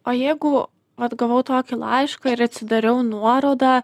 o jeigu vat gavau tokį laišką ir atsidariau nuorodą